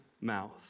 mouth